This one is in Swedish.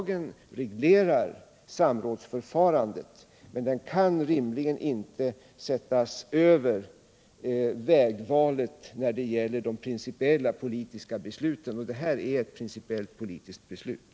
Den reglerar samrådsförfarandet men kan rimligen inte sättas över vägvalet när det gäller de principiella politiska besluten, och det här är ett sådant.